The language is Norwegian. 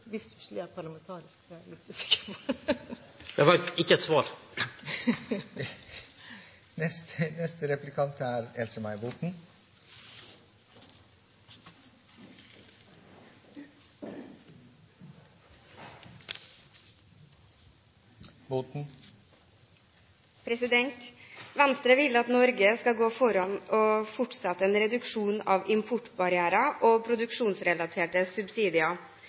jeg faktisk er ganske stusselig, hvis «stusselig» er et parlamentarisk uttrykk, president? Det var ikkje eit svar. Venstre vil at Norge skal gå foran og fortsette en reduksjon av importbarrierer og produksjonsrelaterte subsidier.